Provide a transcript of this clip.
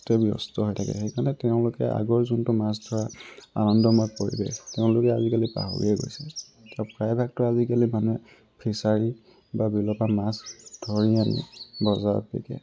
তে ব্যস্ত হৈ থাকে সেইকাৰণে তেওঁলোকে আগৰ যোনটো মাছ ধৰা আনন্দময় পৰিৱেশ তেওঁলোকে আজিকালি পাহৰিয়ে গৈছে প্ৰায়ভাগতো আজিকালি মানুহে ফিছাৰী বা বিলৰ পৰা মাছ ধৰি আনি বজাৰত বিকে